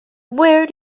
where